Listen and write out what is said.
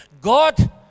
God